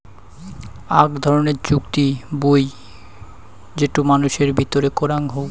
আক ধরণের চুক্তি বুই যেটো মানুষের ভিতরে করাং হউ